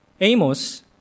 Amos